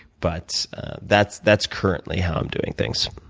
but that's that's currently how i'm doing things.